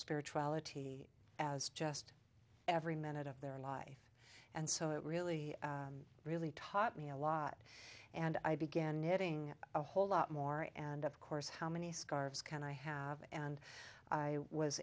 spirituality as just every minute of their life and so it really really taught me a lot and i began knitting a whole lot more and of course how many scarves can i have and i was